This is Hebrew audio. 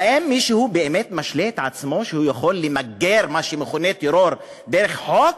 האם מישהו באמת משלה את עצמו שהוא יכול למגר מה שמכונה טרור דרך חוק?